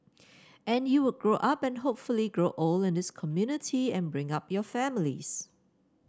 and you would grow up and hopefully grow old in this community and bring up your families